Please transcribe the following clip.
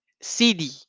CD